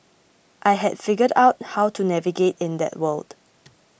I had figured out how to navigate in that world